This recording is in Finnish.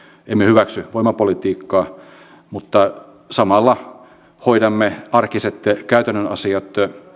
emme hyväksy voimapolitiikkaa mutta samalla hoidamme arkiset käytännön asiat